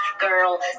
girl